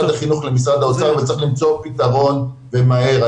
החינוך למשרד האוצר וצריך למצוא פתרון ומהר.